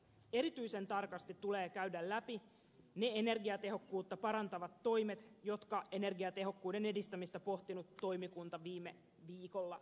erityisen tarkasti tulee käydä läpi ne energiatehokkuutta parantavat toimet jotka energiatehokkuuden edistämistä pohtinut toimikunta viime viikolla jätti